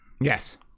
Yes